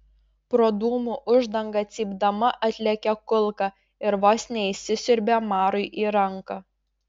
pro dūmų uždangą cypdama atlėkė kulka ir vos neįsisiurbė marui į ranką